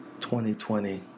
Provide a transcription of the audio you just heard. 2020